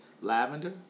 lavender